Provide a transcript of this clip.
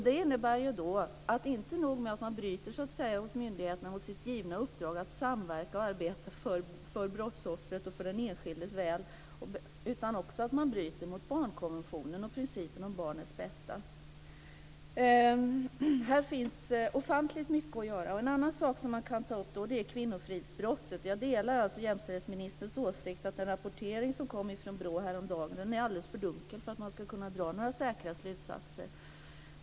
Det är alltså inte nog med att myndigheterna bryter mot sitt givna uppdrag att samverka och arbeta för brottsoffrets och den enskildes väl; man bryter också mot barnkonventionen och principen om barnets bästa. Här finns ofantligt mycket att göra. En annan sak man kan ta upp är kvinnofridsbrottet. Jag delar jämställdhetsministerns åsikt att den rapportering som kom från BRÅ häromdagen är alldeles för dunkel för att man ska kunna dra några säkra slutsatser.